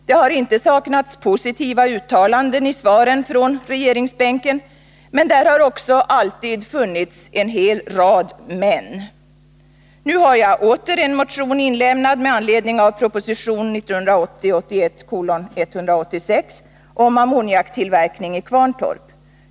Det har inte saknats positiva uttalanden i svaren från regeringsbänken, men där har också alltid funnits en rad men. Nu har jag återigen inlämnat en motion med anledning av proposition 1980/81:186 om ammoniaktillverkning i Kvarntorp.